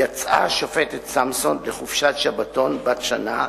יצאה השופטת סמסון לחופשת שבתון בת שנה,